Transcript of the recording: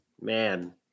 Man